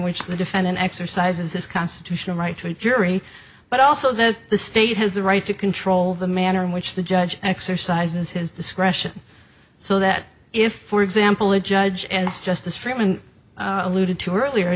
which the defendant exercises his constitutional right to a jury but also that the state has the right to control the manner in which the judge exercises his discretion so that if for example a judge as justice freeman alluded to earlier a